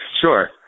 sure